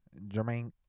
Jermaine